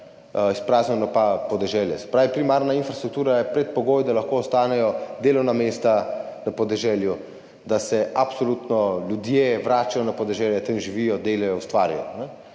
izpraznjeno. Se pravi, primarna infrastruktura je predpogoj, da lahko ostanejo delovna mesta na podeželju, da se absolutno ljudje vračajo na podeželje, tam živijo, delajo, ustvarjajo.